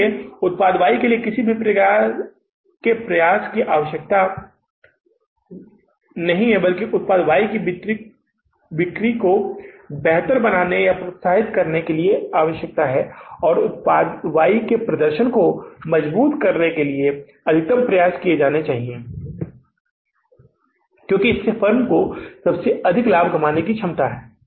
इसलिए उत्पाद Y के लिए किसी भी प्रकार के प्रयास करने की आवश्यकता नहीं है बल्कि उत्पाद Y की बिक्री को बेहतर बनाने या प्रोत्साहित करने और उत्पाद Y के प्रदर्शन को मजबूत करने के लिए अधिकतम प्रयास किए जाने चाहिए क्योंकि इसमें फर्म के लिए सबसे अधिक लाभ कमाने की क्षमता है